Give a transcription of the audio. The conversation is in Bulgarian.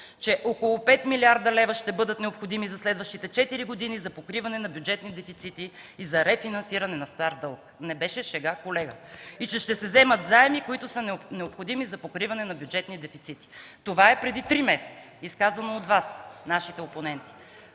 че около 5 млрд. лв. ще бъдат необходими за следващите четири години за покриване на бюджетни дефицити и за рефинансиране на стар дълг. Не беше шега, колега, че ще се вземат заеми, необходими за покриване на бюджетния дефицит! Това е изказано от Вас, нашите опоненти,